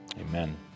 amen